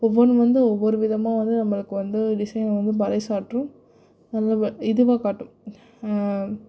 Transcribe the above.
ஒவ்வொன்றும் வந்து ஒவ்வொரு விதமாக வந்து நம்மளுக்கு வந்து டிசைன் வந்து பறைச்சாற்றும் நல்ல இதுவாக காட்டும்